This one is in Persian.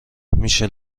میشه